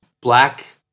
black